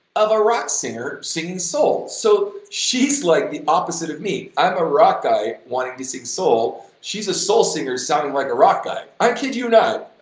of a rock singer, singing soul, so, she's like the opposite of me i'm a rock guy wanting to sing soul, she's a soul singer sounding like a rock guy, i kid you not,